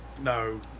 no